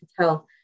tell